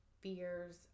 fears